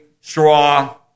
straw